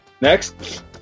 next